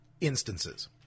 instances